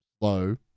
low